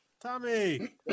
Tommy